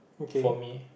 for me